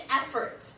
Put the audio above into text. effort